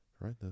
right